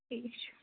ٹھیٖک چھُ